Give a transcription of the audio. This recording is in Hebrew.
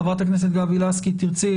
חברת הכנסת גבי לסקי, תרצי?